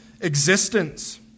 existence